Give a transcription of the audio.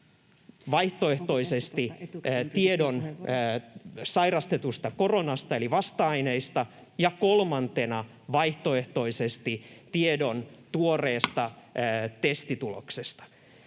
vaihtoehtoisesti tiedon sairastetusta koronasta eli vasta-aineista ja kolmantena vaihtoehtoisesti tiedon tuoreesta testituloksesta.